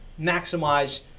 maximize